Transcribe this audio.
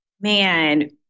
Man